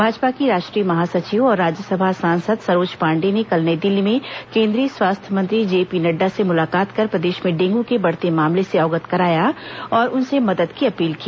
भाजपा की राष्ट्रीय महासचिव और राज्यसभा सांसद सरोज पांडेय ने कल नई दिल्ली में केन्द्रीय स्वास्थ्य मंत्री जेपी नड्डा से मुलाकात कर प्रदेश में डेंगू के बढ़ते मामले से अवगत कराया और उनसे मदद की अपील की